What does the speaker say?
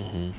mmhmm